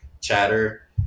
chatter